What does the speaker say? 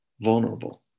vulnerable